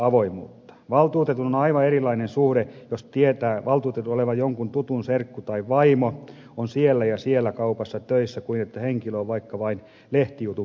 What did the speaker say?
valtuutettuun on aivan erilainen suhde jos tietää valtuutetun olevan jonkun tutun serkku tai hänen vaimonsa olevan siellä ja siellä kaupassa töissä sen sijaan että henkilö on vaikka vain lehtijutun perusteella tuttu